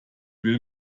will